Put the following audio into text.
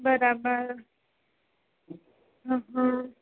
બરાબર હા હા